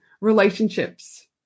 relationships